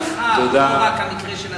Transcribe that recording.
הנושא גם יותר רחב, לא רק המקרה הספציפי.